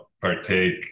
partake